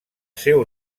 seu